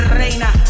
reina